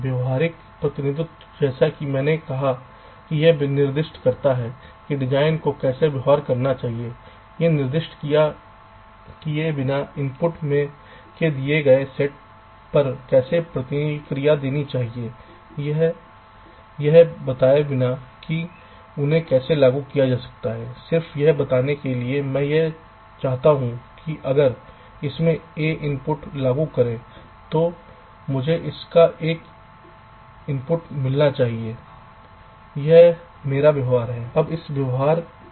व्यवहारिक प्रतिनिधित्व जैसा कि मैंने कहा कि यह निर्दिष्ट करता है कि डिज़ाइन को कैसे व्यवहार करना चाहिए यह निर्दिष्ट किए बिना इनपुट के दिए गए सेट पर कैसे प्रतिक्रिया देनी चाहिए या यह बताए बिना कि उन्हें कैसे लागू किया जाता है सिर्फ यह बताने के लिए कि मैं यह चाहता हूं कि अगर इसमें a इनपुट लागू करूं तो मुझे इसका एक आउटपुट मिलना चाहिए यह मेरा व्यवहार है